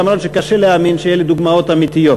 אף שזה קשה להאמין שאלה דוגמאות אמיתיות.